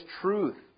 truth